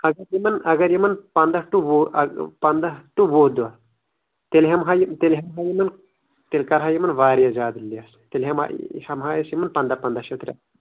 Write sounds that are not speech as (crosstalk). اَگر یِمَن اَگر یِمَن پنٛداہ ٹُہ وُہ پنٛداہ ٹُہ وُہ دۄہ تیٚلہِ ہٮ۪مہو یہِ تیٚلہِ ہٮ۪مہو یِمَن تیٚلہِ کرٕہا یِمَن واریاہ زیادٕ لٮ۪س تیٚلہِ ہٮ۪مہو ہٮ۪مہو أسۍ یِمَن پنٛداہ پنٛداہ شَتھ (unintelligible)